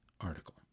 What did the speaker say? article